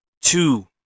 two